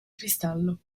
cristallo